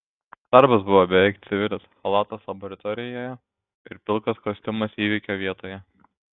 darbas buvo beveik civilis chalatas laboratorijoje ir pilkas kostiumas įvykio vietoje